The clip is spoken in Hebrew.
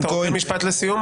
אתה רוצה משפט לסיום,